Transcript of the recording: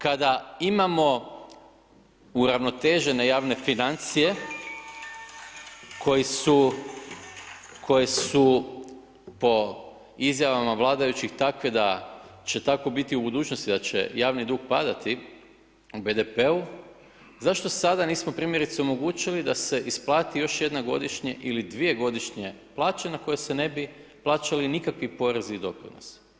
Kada imamo uravnotežene javne financije koje su po izjavama vladajućih takve da će tako biti u budućnosti da će javni dug padati u BDP-u, zašto sada nismo primjerice omogućili da se isplati još jedno godišnje ili dvije godišnje plaće na koje se ne bi plaćali nikakvi porezi i doprinosi.